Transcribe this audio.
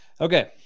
okay